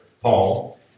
Paul